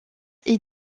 est